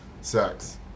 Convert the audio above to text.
sex